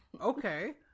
okay